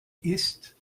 ist